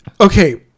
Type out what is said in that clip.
Okay